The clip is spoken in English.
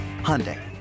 Hyundai